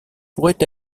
pourrait